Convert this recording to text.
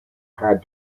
had